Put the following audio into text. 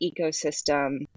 ecosystem